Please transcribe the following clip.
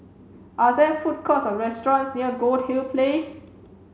are there food courts or restaurants near Goldhill Place